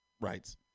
rights